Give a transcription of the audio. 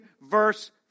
verse